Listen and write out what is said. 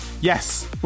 Yes